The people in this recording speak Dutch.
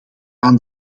aan